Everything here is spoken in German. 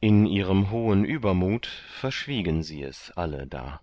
in ihrem hohen übermut verschwiegen sie es alle da